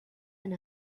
and